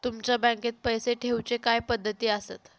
तुमच्या बँकेत पैसे ठेऊचे काय पद्धती आसत?